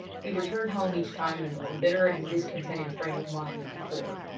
he returned home each time in a more bitter and discontented frame of mind than before.